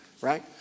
right